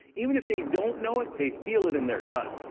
even if they don't know it, they feel it in their gut.